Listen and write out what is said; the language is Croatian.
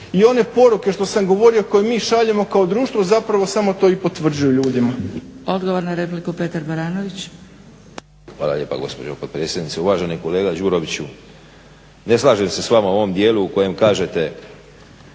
I one poruke što sam govorio koje mi šaljemo kao društvo zapravo samo to i potvrđuju ljudima. **Zgrebec, Dragica (SDP)** Odgovor na repliku Petar Baranović. **Baranović, Petar (HNS)** Hvala lijepa gospođo potpredsjednice. Uvaženi kolega Đuroviću, ne slažem se s vama u ovom dijelu u kojem kažete